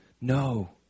no